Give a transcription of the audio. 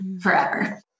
forever